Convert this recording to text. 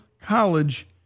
college